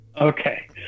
okay